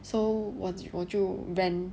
so 我就我就 rent